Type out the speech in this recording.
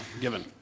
given